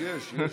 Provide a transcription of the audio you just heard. יש, יש.